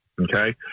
Okay